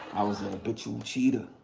i was a habitual cheater.